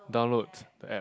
download the app